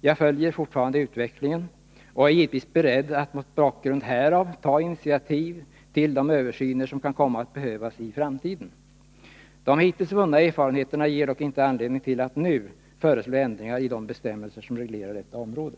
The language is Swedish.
Jag följer fortlöpande utvecklingen och är givetvis beredd att mot bakgrund härav ta initiativ till de översyner som kan komma att behövas i framtiden. De hittills vunna erfarenheterna ger dock inte anledning till att nu föreslå ändringar i de bestämmelser som reglerar detta område.